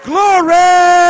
Glory